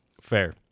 Fair